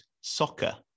soccer